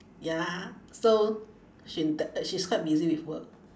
ya so she t~ she's quite busy with work